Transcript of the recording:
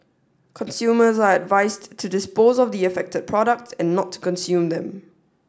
consumers are advised to dispose of the affected products and not to consume them